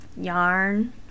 yarn